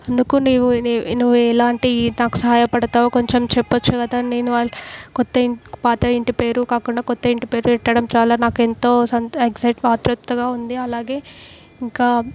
అందుకు నీవు నువ్వు ఎలాంటి నాకు సహాయపడతావు కొంచెం చెప్పచ్చు కదా నేను కొత్త ఇంటి పేరు పాత ఇంటి పేరు కాకుండా కొత్త ఇంటి పేరు పెట్టడం చాలా నాకు ఎంతో సంతోష ఎక్సయిట్ ఆత్రుతగా ఉంది అలాగే ఇంకా